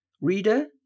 Reader